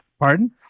Pardon